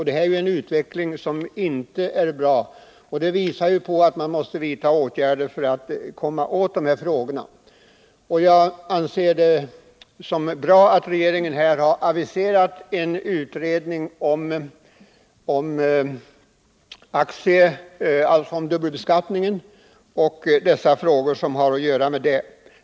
Detta är en utveckling som inte är bra, och den visar att man måste göra någonting för att komma åt det här problemet. Jag anser att det är bra att regeringen har aviserat en utredning om dubbelbeskattningen och frågor som hänger samman med dem.